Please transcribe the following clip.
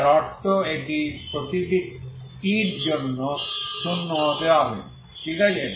যার অর্থ এটি প্রতিটি টির জন্য শূন্য হতে হবে ঠিক আছে